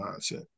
mindset